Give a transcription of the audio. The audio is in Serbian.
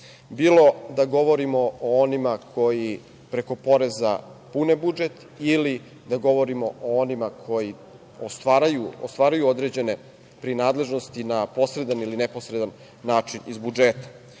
bilo da govorimo o onima koji preko poreza pune budžet ili da govorimo o onima koji ostvaruju određene prinadležnosti na posredan ili neposredan način iz budžeta.